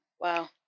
Wow